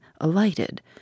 alighted